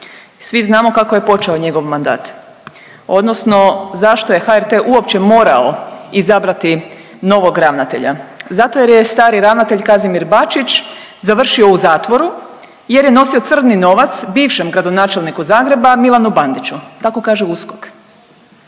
Svi znamo kako je počeo njegov mandat, odnosno zašto je HRT uopće morao izabrati novog ravnatelja. Zato jer je stari ravnatelj Kazimir Bačić završio u zatvoru jer je nosio crni novac bivšem gradonačelniku Zagreba Milanu Bandiću. Tako kaže USKOK.